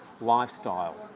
lifestyle